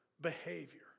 behavior